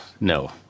no